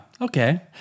okay